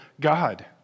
God